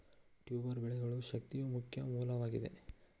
tuber ಬೆಳೆಗಳು ಶಕ್ತಿಯ ಮುಖ್ಯ ಮೂಲವಾಗಿದೆ